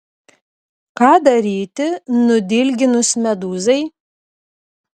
ką daryti nudilginus medūzai